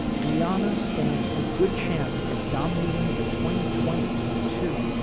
rihanna stands a good chance of dominating the twenty twenty s, too,